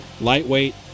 Lightweight